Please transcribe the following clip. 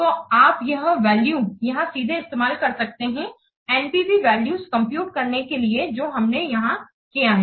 तो आप यह वैल्यू यहां सीधे इस्तेमाल कर सकते हैं NPV वैल्यूज कंप्यूटकरने के लिए जो हमने यहां किया है